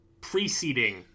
preceding